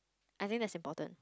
I think that's important